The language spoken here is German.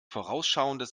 vorausschauendes